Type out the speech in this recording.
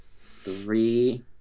three